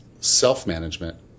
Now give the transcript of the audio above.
self-management